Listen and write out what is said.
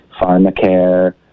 pharmacare